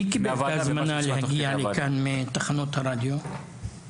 מי קיבל את ההזמנה להגיע לכאן מתחנות הרדיו?